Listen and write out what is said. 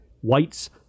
whites